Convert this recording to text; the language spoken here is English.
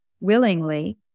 willingly